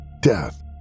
Death